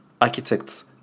architects